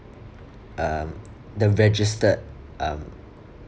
um the registered um